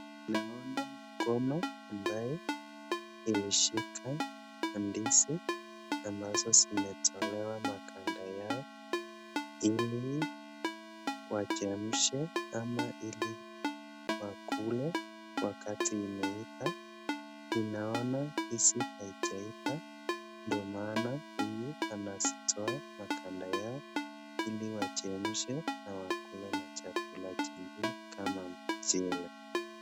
Naona mkono ambaye imeshika ndizi ambazo zimetolewa maganda yao ili wachemshe ama ili wakule wakati imeiva ,ninaona ndizi haijaiva ndio maana huyu anazitoa maganda yao ili wachemshe na wakule na chakula kingine kama mchele.